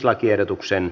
lakiehdotuksen